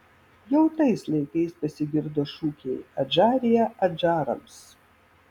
jau tais laikais pasigirdo šūkiai adžarija adžarams